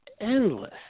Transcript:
endless